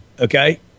okay